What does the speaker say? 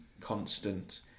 constant